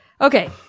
Okay